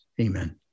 Amen